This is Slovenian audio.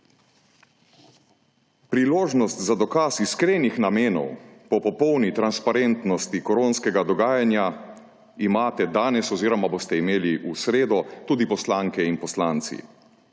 Priložnost za dokaz iskrenih namenov po popolni transparentnosti koronskega dogajanja imate danes oziroma boste imeli v sredo tudi poslanke in poslanci.